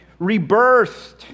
rebirthed